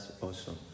awesome